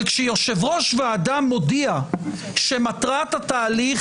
אבל כשיושב-ראש ועדה מודיע שמטרת התהליך